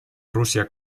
rusia